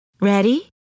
Ready